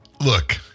look